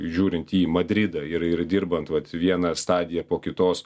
žiūrint į madridą ir ir dirbant vat vieną stadiją po kitos